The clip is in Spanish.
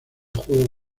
juego